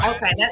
Okay